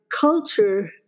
culture